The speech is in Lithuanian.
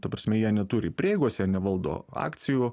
ta prasme jie neturi prieigos nevaldo akcijų